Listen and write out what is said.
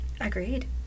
Agreed